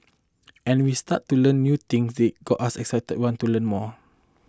and we started to learn new things that got us excited to want to learn more